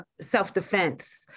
self-defense